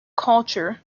culture